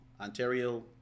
Ontario